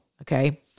okay